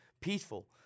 peaceful